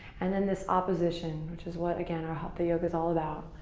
and then this opposition which is what again our healthy yoga's all about.